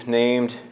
named